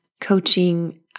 coaching